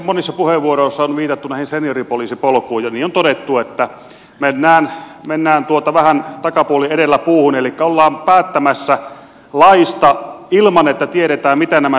monissa puheenvuoroissa on viitattu näihin senioripoliisipolkuihin ja on todettu että mennään vähän takapuoli edellä puuhun elikkä ollaan päättämässä laista ilman että tiedetään mitä nämä senioripoliisipolut ovat